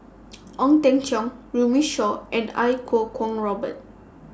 Ong Teng Cheong Runme Shaw and Iau Kuo Kwong Robert